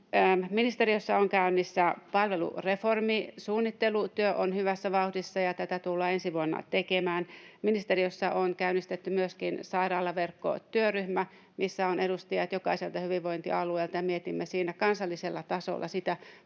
Ministeriössä on käynnissä palvelureformi. Suunnittelutyö on hyvässä vauhdissa, ja tätä tullaan ensi vuonna tekemään. Ministeriössä on käynnistetty myöskin sairaalaverkkotyöryhmä, jossa on edustajat jokaiselta hyvinvointialueelta. Mietimme siinä kansallisella tasolla